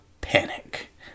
panic